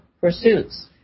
pursuits